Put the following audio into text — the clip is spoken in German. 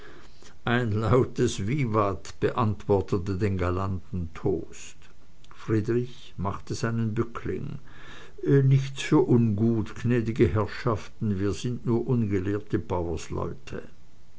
ein lautes vivat beantwortete den galanten toast friedrich machte seinen bückling nichts für ungut gnädige herrschaften wir sind nur ungelehrte